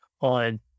on